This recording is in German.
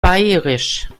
bairisch